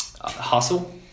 hustle